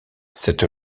cette